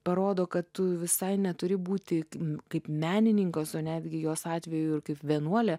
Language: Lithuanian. parodo kad tu visai neturi būti kaip menininkas o netgi jos atveju ir kaip vienuolė